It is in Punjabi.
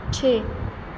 ਛੇ